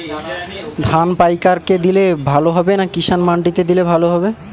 ধান পাইকার কে দিলে ভালো হবে না কিষান মন্ডিতে দিলে ভালো হবে?